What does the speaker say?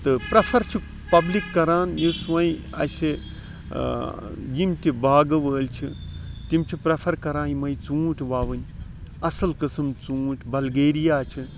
تہٕ پریٚفَر چھِ پَبلِک کَران یُس وۄنۍ اَسہِ یِم تہِ باغہٕ وٲلۍ چھِ تِم چھِ پریٚفَر کَران یِمے ژونٛٹھۍ وَوٕنۍ اصل قسم ژونٛٹھۍ بَلگیریا چھِ